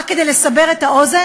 רק כדי לסבר את האוזן,